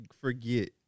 forget